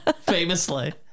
famously